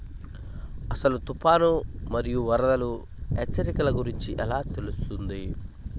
అసలు తుఫాను మరియు వరదల హెచ్చరికల గురించి ఎలా తెలుస్తుంది?